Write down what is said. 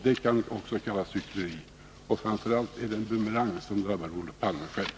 Det kan också kallas hyckleri, och framför allt är det en bumerang, som drabbar Olof Palme själv.